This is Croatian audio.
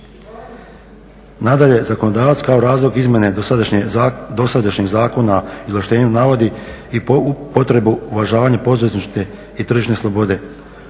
Nadalje, zakonodavac kao razlog izmjene dosadašnjeg Zakona o izvlaštenju navodi i potrebu izvlaštavanja … i tržišne slobode,